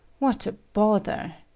what a bother!